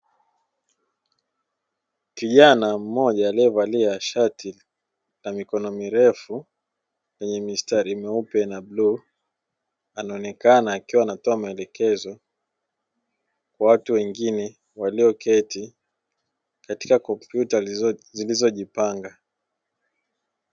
Kijana mmoja aliyevalia shati la mikono mirefu lenye mistari meupe na bluu, anaonekana akiwa anatoa maelekezo kwa watu wengine walioketi katika kompyuta zilizojipanga.